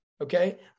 okay